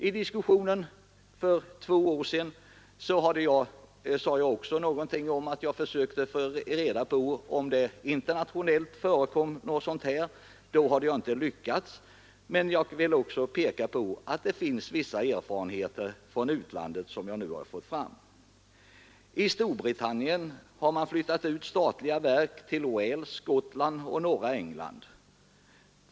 I diskussionen för två år sedan sade jag att jag försökt få reda på om något liknande förekom internationellt sett. Då hade jag inte lyckats. Men nu har jag fått fram att det finns vissa erfarenheter i utlandet. I Storbritannien har man flyttat ut statliga verk till Wales, Skottland och norra England.